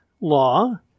law